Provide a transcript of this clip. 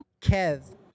Kev